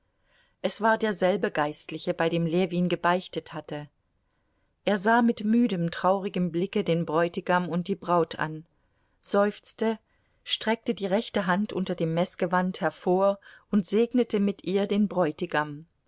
es war derselbe geistliche bei dem ljewin gebeichtet hatte er sah mit müdem traurigem blicke den bräutigam und die braut an seufzte streckte die rechte hand unter dem meßgewand hervor und segnete mit ihr den bräutigam